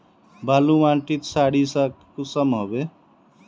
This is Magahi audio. बालू माटित सारीसा कुंसम होबे?